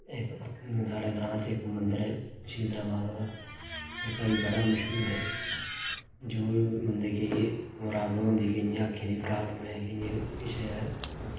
साढे ग्रां च इक मदंर ऐ शितला माता दा जेह्के बडा मश्हूर ऐ जो बी बंदे की जे प्राब्लम होंदी केइयें अक्खीं दी प्राब्लम केइयें किश ऐ